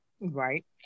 Right